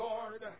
Lord